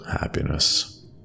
happiness